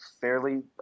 fairly